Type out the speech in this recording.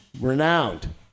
Renowned